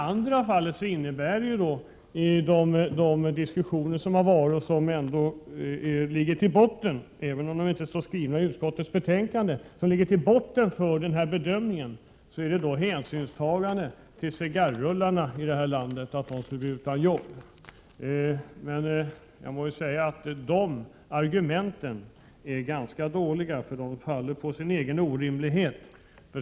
För det andra ligger i botten, även om det inte finns med i betänkandet, hänsynstagande till cigarrullarna och deras arbeten. Men dessa argument är ganska dåliga. De faller på sin egen orimlighet.